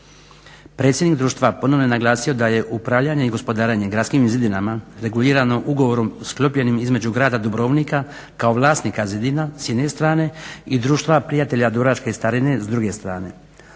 Predsjednik društva ponovno je naglasio da je upravljanje i gospodarenje gradskim zidinama regulirano ugovorom sklopljenim između grada Dubrovnika kao vlasnika zidina s jedne strane i Društva prijatelja Dubrovačke starine s druge strane.